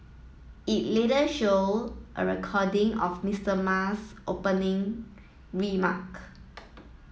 it later showed a recording of Mister Ma's opening remark